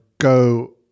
go